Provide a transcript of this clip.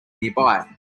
nearby